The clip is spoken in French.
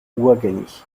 ouangani